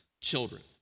children